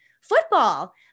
football